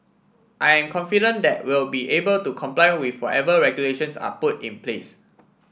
I am confident that we'll be able to comply with whatever regulations are put in place